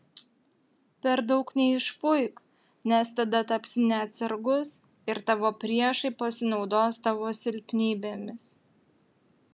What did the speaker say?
per daug neišpuik nes tada tapsi neatsargus ir tavo priešai pasinaudos tavo silpnybėmis